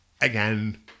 again